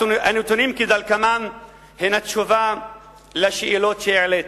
הנתונים כדלקמן הם התשובה על השאלות שהעליתי: